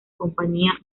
compañía